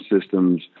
systems